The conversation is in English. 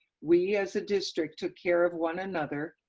we as a district took care of one another,